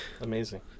amazing